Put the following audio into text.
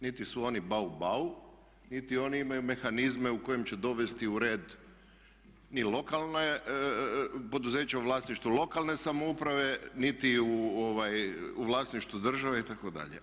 Niti su oni bau bau niti oni imaju mehanizme u kojima će dovesti u red ni lokalne, poduzeća u vlasništvu lokalne samouprave niti u vlasništvu države itd.